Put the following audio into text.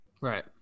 Right